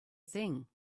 thing